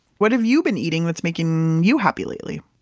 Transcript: what have you been eating that's making you happy lately?